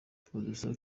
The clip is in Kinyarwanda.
producer